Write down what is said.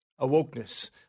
awokeness